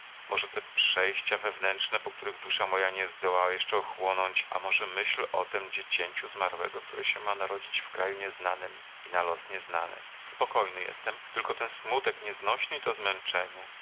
może te przejścia wewnętrzne po których dusza moja nie zdołała jeszcze ochłonąć a może myśl o tem dziecięciu zmarłego które się ma narodzić w kraju nieznanym i na los nieznany spokojny jestem tylko ten smutek nieznośny i to zmęczenie